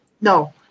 no